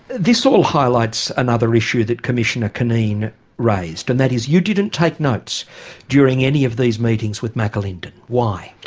this all highlights another issue that commissioner cunneen raised and that is you didn't take notes during any of these meetings with mcalinden, why?